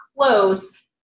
close